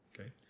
okay